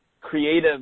creative